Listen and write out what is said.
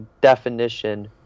definition